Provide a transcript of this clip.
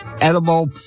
edible